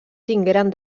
tingueren